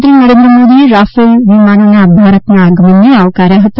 પ્રધાનમંત્રી નરેન્દ્ર મોદીએ રાફેલ વિમાનોના ભારતના આગમનને આવકાર્યા છે